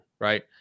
right